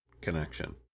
connection